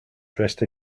dressed